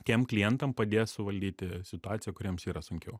tiem klientam padės suvaldyti situaciją kuriems yra sunkiau